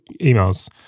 emails